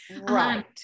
right